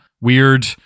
weird